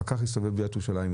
הפקח יסתובב בעיריית ירושלים,